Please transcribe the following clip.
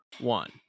one